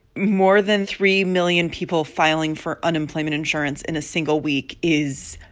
more than three million people filing for unemployment insurance in a single week is